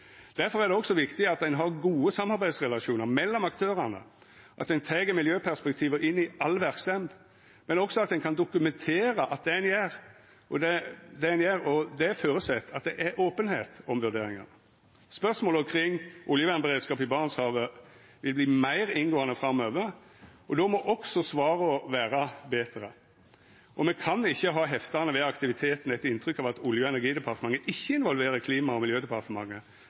er det også viktig at ein har gode samarbeidsrelasjonar mellom aktørane, og at ein tek miljøperspektiva inn i all verksemd, men også at ein kan dokumentera det ein gjer, og det føreset at det er openheit om vurderingane. Spørsmåla kring oljevernberedskapen i Barentshavet vil verta meir inngåande framover, og då må også svara vera betre, og me kan ikkje ha heftande ved aktiviteten eit inntrykk av at Olje- og energidepartementet ikkje involverer Klima- og miljødepartementet